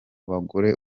bagore